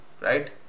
right